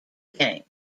game